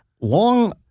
Long